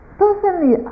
personally